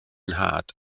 nhad